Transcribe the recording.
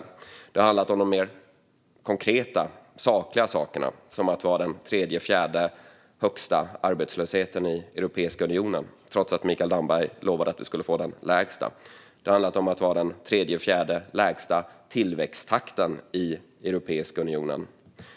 Det har också handlat om de mer konkreta och sakliga sakerna, som att vi har den tredje eller fjärde högsta arbetslösheten i Europeiska unionen, trots att Mikael Damberg lovade att vi skulle få den lägsta, och att vi har den tredje eller fjärde lägsta tillväxttakten i Europeiska unionen.